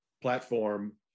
platform